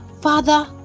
father